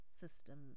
system